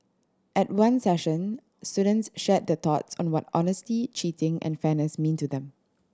at one session students shared their thoughts on what honesty cheating and fairness mean to them